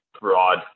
broad